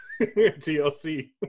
TLC